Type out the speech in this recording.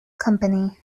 company